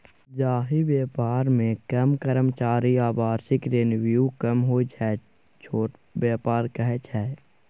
जाहि बेपार मे कम कर्मचारी आ बार्षिक रेवेन्यू कम होइ छै छोट बेपार कहय छै